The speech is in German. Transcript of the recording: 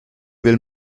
will